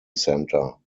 centre